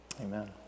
Amen